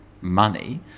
money